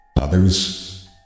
others